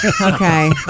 Okay